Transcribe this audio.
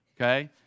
okay